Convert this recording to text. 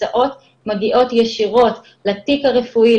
התוצאות מגיעות ישירות לתיק הרפואי,